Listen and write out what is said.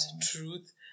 truth